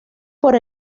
por